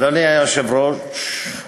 אדוני היושב-ראש,